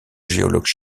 géologues